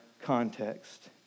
context